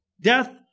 death